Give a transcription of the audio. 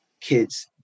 kids